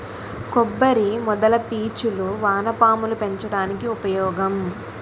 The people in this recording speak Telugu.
కొబ్బరి మొదల పీచులు వానపాములు పెంచడానికి ఉపయోగం